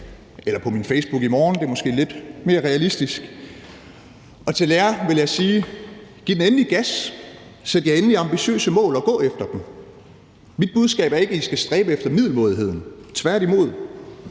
eller på min Facebook i morgen – det er måske lidt mere realistisk – og til dem vil jeg sige: Giv den endelig gas, sæt jer endelig ambitiøse mål og gå efter dem. Mit budskab er ikke, at I skal stræbe efter middelmådigheden, tværtimod,